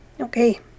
Okay